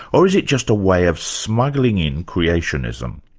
or is it just a way of smuggling in creationism?